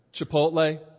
Chipotle